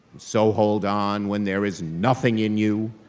so hold on when there is nothing in you,